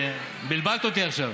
בלבלת אותי עכשיו.